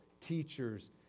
teachers